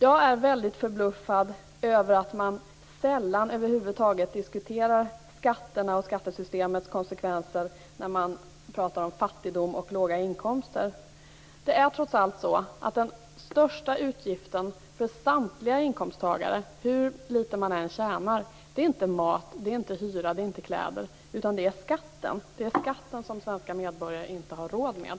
Jag är förbluffad över att man sällan över huvud taget diskuterar skatterna och skattesystemets konsekvenser när man talar om fattigdom och låga inkomster. Den största utgiften för samtliga inkomsttagare - hur litet man än tjänar - är trots allt inte mat, hyra eller kläder, utan den största utgiften är skatten. Det är skatten som svenska medborgare inte har råd med.